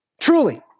Truly